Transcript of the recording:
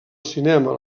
cinema